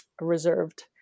reserved